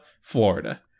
Florida